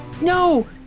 No